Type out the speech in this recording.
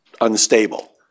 unstable